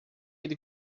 ele